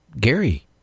Gary